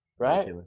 Right